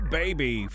baby